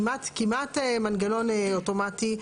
כמעט מנגנון אוטומטי.